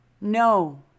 No